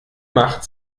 macht